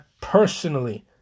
personally